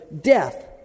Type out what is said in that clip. death